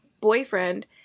boyfriend